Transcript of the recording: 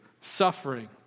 suffering